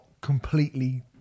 completely